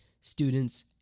students